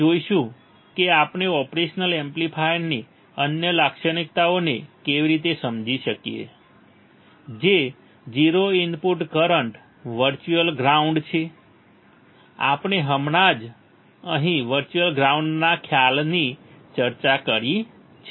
આપણે જોઈશું કે આપણે ઓપરેશન એમ્પ્લીફાયરની અન્ય લાક્ષણિકતાઓને કેવી રીતે સમજી શકીએ જે 0 ઇનપુટ કરંટ વર્ચ્યુઅલ ગ્રાઉન્ડ છે આપણે હમણાં જ અહીં વર્ચ્યુઅલ ગ્રાઉન્ડના ખ્યાલની ચર્ચા કરી છે